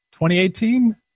2018